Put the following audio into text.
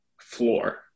floor